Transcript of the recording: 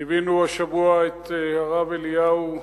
ליווינו השבוע את הרב אליהו,